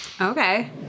Okay